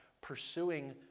pursuing